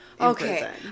Okay